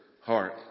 heart